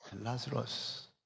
Lazarus